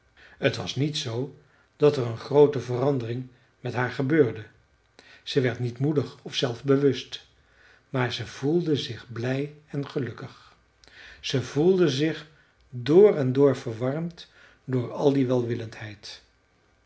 t was niet zoo dat er een groote verandering met haar gebeurde ze werd niet moedig of zelfbewust maar ze voelde zich blij en gelukkig ze voelde zich door en door verwarmd door al die